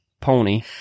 Pony